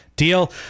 deal